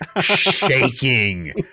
shaking